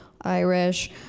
Irish